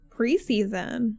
preseason